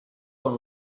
con